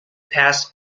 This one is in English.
pass